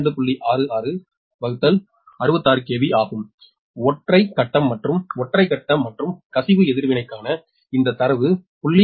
66 66 KV ஆகும் ஒற்றை கட்டம் மற்றும் ஒற்றை கட்ட மற்றும் கசிவு எதிர்வினைக்கான இந்த தரவு 0